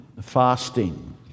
fasting